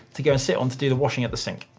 to give a sit on to do the washing at the sink.